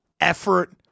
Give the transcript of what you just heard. effort